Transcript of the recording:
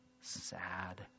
sad